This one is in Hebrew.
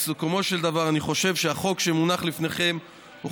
בסיכומו של דבר אני חושב שהחוק שמונח לפניכם הוא